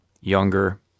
younger